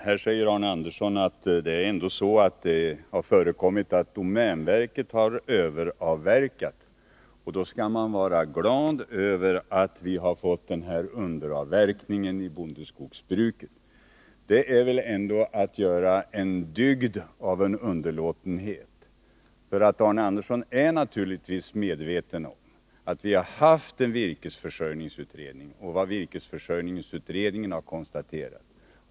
Herr talman! Arne Andersson i Ljung säger att det har förekommit att domänverket har överavverkat och att man därför skall vara glad över att vi har fått underavverkningen inom bondeskogsbruket. Det är väl ändå att göra en dygd av en underlåtenhet. Arne Andersson är naturligtvis medveten om de konstateranden som gjorts av den virkesförsörjningsutredning som genomförts.